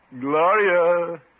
Gloria